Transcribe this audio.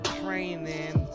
training